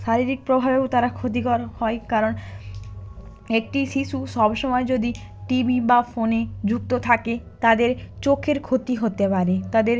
শারীরিক প্রভাবেও তারা ক্ষতিকর হয় কারণ একটি শিশু সব সময় যদি টিভি বা ফোনে যুক্ত থাকে তাদের চোখের ক্ষতি হতে পারে তাদের